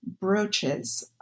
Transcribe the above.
brooches